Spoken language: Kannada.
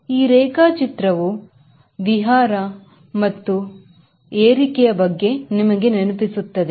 ಈ ರೇಖಾಚಿತ್ರವು ಬಿಹಾರ ಮತ್ತು ಒಂದು ಏರಿಕೆಯ ಬಗ್ಗೆ ನಿಮಗೆ ನೆನಪಿಸುತ್ತದೆ